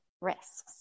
risks